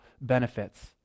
benefits